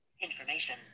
Information